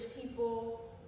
people